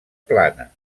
plana